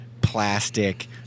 Plastic